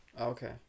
okay